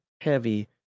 heavy